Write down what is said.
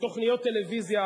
בתוכניות טלוויזיה